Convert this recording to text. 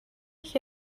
ich